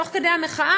תוך כדי המחאה,